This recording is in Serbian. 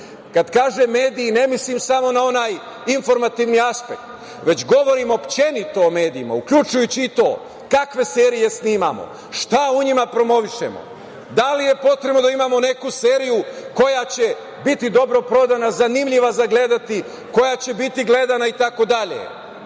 Kada kažem mediji ne mislim samo na onaj informativni aspekt, već govorim uopšteno o medijima, uključujući i to kakve serije snimamo, šta u njima promovišemo, da li je potrebno da imamo neku seriju koja će biti dobro prodana, zanimljiva za gledanje, koja će biti gledana itd.